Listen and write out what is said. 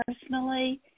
personally